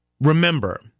remember